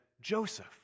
Joseph